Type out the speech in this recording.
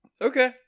Okay